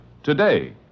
Today